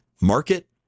market